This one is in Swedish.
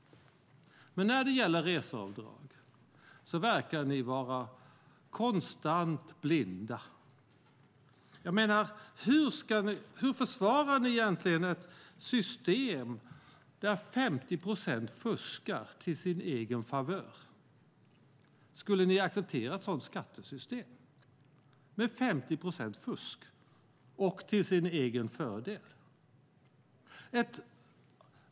Men när det gäller reseavdrag verkar ni vara konstant blinda. Jag menar, hur försvarar ni egentligen ett system där 50 procent fuskar till sin egen favör? Skulle ni acceptera ett sådant skattesystem, med 50 procent fusk och till sin egen fördel?